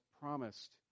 promised